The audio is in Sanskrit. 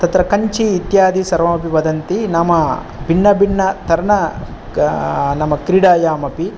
तत्र कञ्चि इत्यादि सर्वमपि वदन्ति नाम भिन्न भिन्न तरण नाम क्रीडायामपि